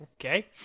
okay